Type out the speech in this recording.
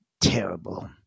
terrible